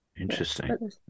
Interesting